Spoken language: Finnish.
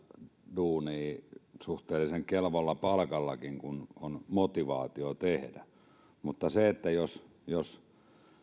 duuniin suhteellisen kelvolla palkallakin kun on motivaatio tehdä mutta se että jos jos